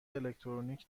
الکترونیکی